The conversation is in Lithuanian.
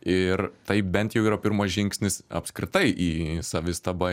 ir taip bent jau yra pirmas žingsnis apskritai į savistabą